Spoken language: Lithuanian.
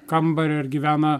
kambarį ar gyvena